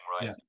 right